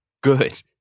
good